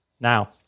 now